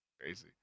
Crazy